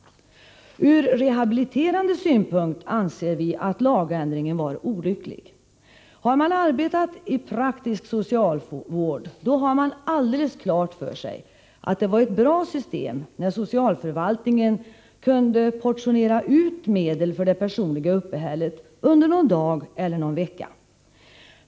Ur rehabiliterande synpunkt anser vi att lagändringen var olycklig. Har man arbetat i praktisk socialvård har man alldeles klart för sig att det var ett bra system när socialförvaltningen kunde så att säga portionera ut medel för det personliga uppehället under någon dag eller någon vecka.